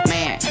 Man